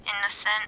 Innocent